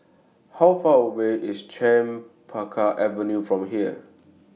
How Far away IS Chempaka Avenue from here